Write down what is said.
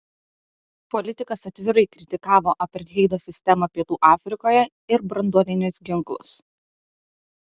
politikas atvirai kritikavo apartheido sistemą pietų afrikoje ir branduolinius ginklus